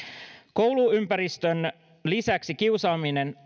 kouluympäristön lisäksi kiusaaminen